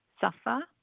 suffer